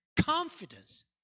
confidence